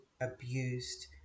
abused